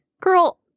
Girl